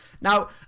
Now